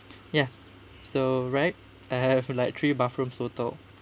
ya so right I have in like three bathroom total